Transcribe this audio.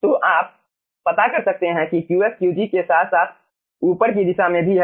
तो आप पता कर सकते हैं कि Qf Qg के साथ साथ ऊपर की दिशा में भी है